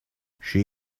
she